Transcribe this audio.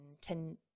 ten